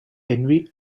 envy